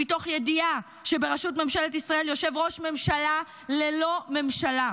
מתוך ידיעה שבראשות ממשלת ישראל יושב ראש ממשלה ללא ממשלה,